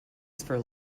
for